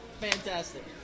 Fantastic